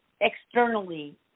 externally